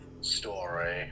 story